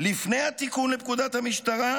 לפני התיקון לפקודת המשטרה,